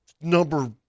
number